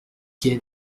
gai